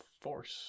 force